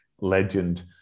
legend